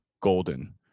golden